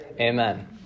amen